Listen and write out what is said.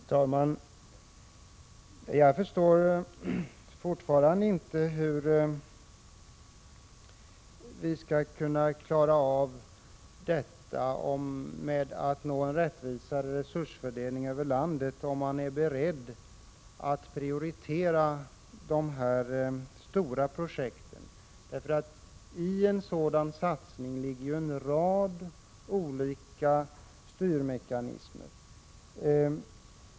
Herr talman! Jag förstår fortfarande inte hur vi skall kunna klara av att nå en rättvisare resursfördelning över landet, om man är beredd att prioritera de stora projekten. I en sådan satsning ligger ju en rad olika styrmekanismer.